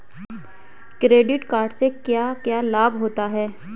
Credit card से क्या क्या लाभ होता है?